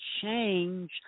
change